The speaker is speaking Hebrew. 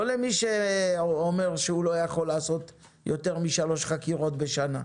לא למי שאומר שהוא לא יכול לעשות יותר משלוש חקירות בשנה.